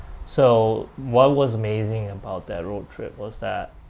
so what was amazing about that road trip was that